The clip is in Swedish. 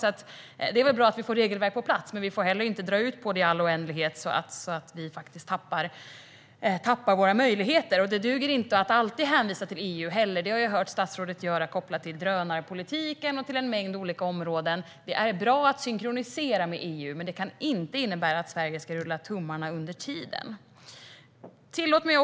Det är bra om vi får regelverk på plats, men vi får heller inte dra ut på det i all oändlighet så att vi tappar våra möjligheter. Det duger heller inte att alltid hänvisa till EU. Jag har hört statsrådet göra så beträffande drönarpolitiken och en mängd andra områden. Det är bra att synkronisera med EU, men det får inte innebära att Sverige rullar tummarna under tiden. Herr talman!